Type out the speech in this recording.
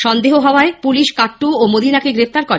সন্দেহ হওয়ায় পুলিশ কাট্টু ও মদিনাকে গ্রেফতার করে